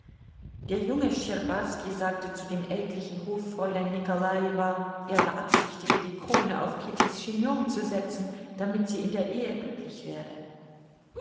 der junge schtscherbazki sagte zu dem ältlichen hoffräulein nikolajewa er beabsichtige die krone auf kittys chignon zu setzen damit sie in der ehe glücklich werde